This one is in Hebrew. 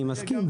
אני מסכים,